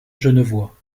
genevois